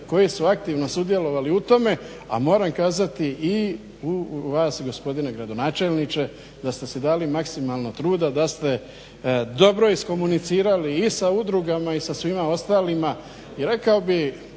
koji su aktivno sudjelovali u tome a moram kazati i vas gospodine gradonačelniče da ste se dali maksimalno truda da ste dobro iskomunicirali i sa udrugama i sa svima ostalima.